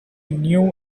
knew